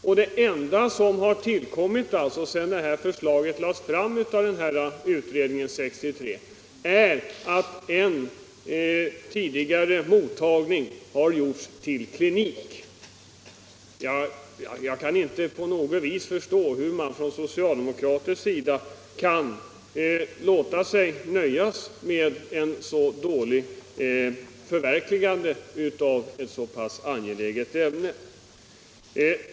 Och det enda som tillkommit sedan det här förslaget lades fram av utredningen 1963 är att en tidigare mottagning har gjorts till klinik. Jag kan inte på något sätt förstå hur man från socialdemokratisk sida kan låta sig nöja med ett så dåligt förverkligande av en så pass angelägen sak.